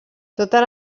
totes